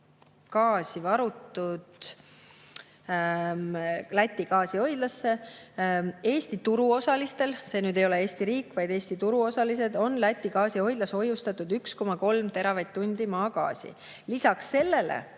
gaasi varutud Läti gaasihoidlasse. Eesti turuosalised – see ei ole Eesti riik, vaid Eesti turuosalised – on Läti gaasihoidlas hoiustanud 1,3 teravatt-tundi maagaasi. Lisaks sellele